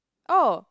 oh